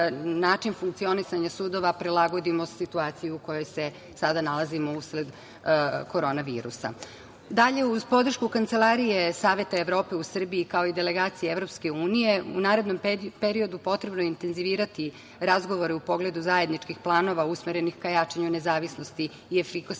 način funkcionisanja sudova prilagodimo situaciji u kojoj se sada nalazimo usled korona virusa. Dalje, uz podršku Kancelarije Saveta Evrope u Srbiji, kao i delegacije EU, u narednom periodu potrebno je intenzivirati razgovore u pogledu zajedničkih planova usmerenih ka jačanju nezavisnosti i efikasnosti